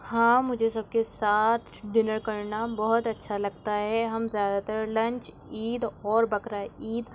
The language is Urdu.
ہاں مجھے سب کے ساتھ ڈنر کرنا بہت اچھا لگتا ہے ہم زیادہ تر لنچ عید اور بقرا عید